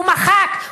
הוא מחק,